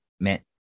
meant